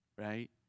right